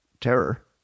terror